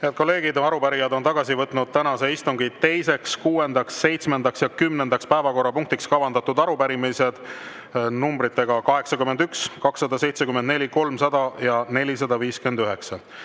kolleegid, arupärijad on tagasi võtnud tänase istungi teiseks, kuuendaks, seitsmendaks ja kümnendaks päevakorrapunktiks kavandatud arupärimised numbritega 81, 274, 300 ja 459.